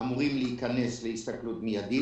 אמורים להיכנס להסתכלות מידית,